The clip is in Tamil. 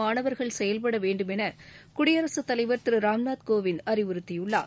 மாணவர்கள் செயல்படவேண்டும் என குடியரசுத்தலைவர் திரு ராம்நாத் கோவிந்த் அறிவுறுத்தியுள்ளார்